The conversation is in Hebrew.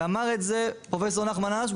אמר את זה פרופ' נחמן אש,